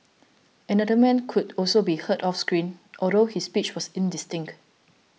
another man could also be heard off screen although his speech was indistinct